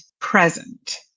present